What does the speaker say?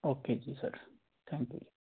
okay ਜੀ sir thank you